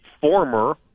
former